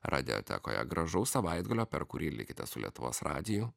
radiotekoje gražaus savaitgalio per kurį likite su lietuvos radiju